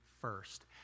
first